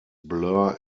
blur